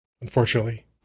unfortunately